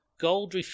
Gold